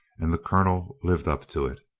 and the colonel lived up to it.